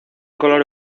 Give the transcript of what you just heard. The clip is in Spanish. color